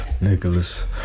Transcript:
Nicholas